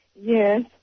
Yes